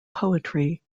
poetry